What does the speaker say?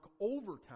overtime